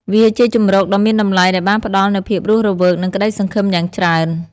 វាជាជម្រកដ៏មានតម្លៃដែលបានផ្តល់នូវភាពរស់រវើកនិងក្ដីសង្ឃឹមយ៉ាងច្រើន។